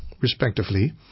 respectively